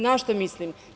Na šta mislim?